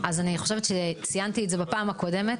אז אני חושבת שציינתי את זה בפעם הקודמת,